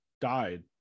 died